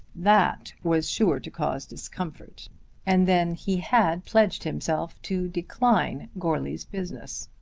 that was sure to cause discomfort and then he had pledged himself to decline goarly's business.